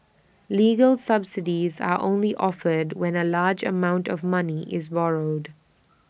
legal subsidies are only offered when A large amount of money is borrowed